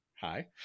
hi